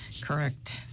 CORRECT